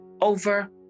over